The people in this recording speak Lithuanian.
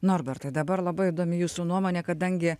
norbertai dabar labai įdomi jūsų nuomonė kadangi